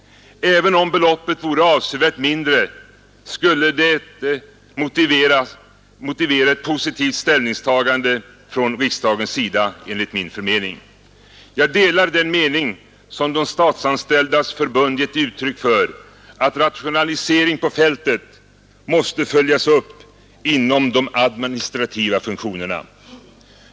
Även om det beloppet vore avsevärt mindre skulle det motivera ett positivt ställningstagande: från riksdagens sida enligt mitt förmenande. Jag delar den mening som Statsanställdas förbund gett uttryck för, att rationalisering på fältet måste följas upp inom de administrativa funktionerna.